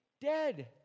dead